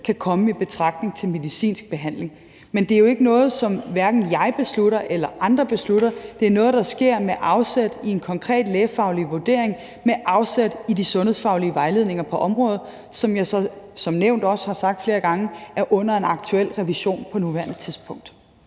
kan komme i betragtning til medicinsk behandling. Men det er jo ikke noget, som hverken jeg eller andre beslutter; det er noget, der sker med afsæt i en konkret lægefaglig vurdering med afsæt i de sundhedsfaglige vejledninger på området, der, som jeg også har sagt flere gange, er underlagt en aktuel revision. Kl. 19:55 Anden